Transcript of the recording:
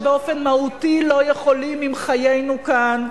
שבאופן מהותי לא יכולים עם חיינו כאן,